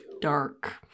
Dark